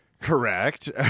correct